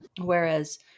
whereas